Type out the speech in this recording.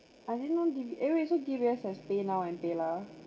I didn't know D_B~ anyway so D_B_S has paynow and paylah